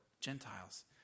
Gentiles